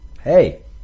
Hey